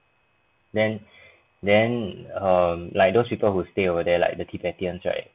then then um like those people who stay over there like the tibetans right